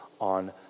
on